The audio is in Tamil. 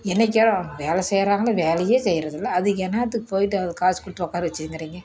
என்னைக்காவது வேலை செய்யறாங்களா வேலையே செய்றதில்லை அதுக்கு என்னாத்துக்கு போயிட்டு காசு கொடுத்து உட்கார வச்சுருக்குறீங்க